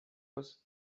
was